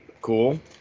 Cool